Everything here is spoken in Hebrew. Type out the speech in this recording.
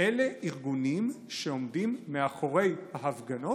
אלה ארגונים שעומדים מאחורי ההפגנות.